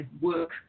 work